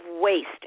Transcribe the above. waste